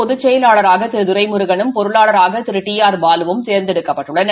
பொதுச்செயலாளராக திரு துரைமுருகனும் பொருளாளராக Thiru T R பாலுவும் கிழக தேர்ந்தெடுக்கப்பட்டுள்ளனர்